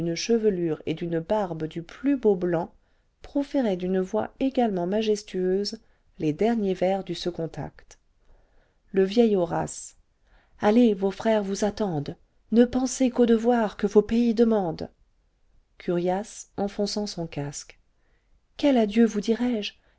chevelure et d'une barbe du plus beau blanc proférait d'une voix également majestueuse les derniers vers du second acte le vieil horace allez vos frères vous attendent ne pensez qu'aux devoirs que vos pays demandent curiace enfonçant son casque quel adieu vous dirai-je